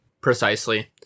precisely